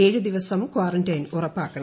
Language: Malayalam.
ഏഴ് ദിവസം കാറന്റീൻ ഉറപ്പാക്കണം